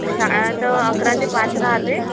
शाळा तर अकरा ते पाच राहते